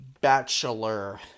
bachelor